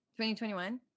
2021